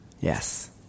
Yes